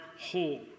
whole